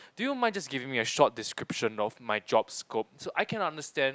do you mind just giving me a short description of my job scope so I can understand